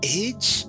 age